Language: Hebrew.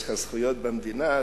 יש לך זכויות במדינה,